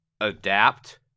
adapt